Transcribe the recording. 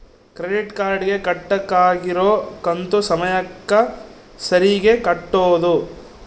credit card ಗೆ ಕಟ್ಬಕಾಗಿರೋ ಕಂತು ಸಮಯಕ್ಕ ಸರೀಗೆ ಕಟೋದು